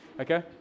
Okay